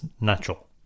natural